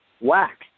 whack